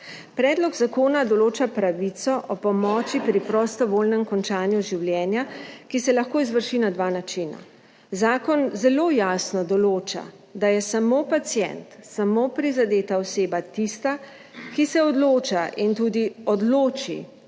Predlog zakona določa pravico o pomoči pri prostovoljnem končanju življenja, ki se lahko izvrši na dva načina. Zakon zelo jasno določa, da je samo pacient, samo prizadeta oseba tista, ki se odloča in tudi odloči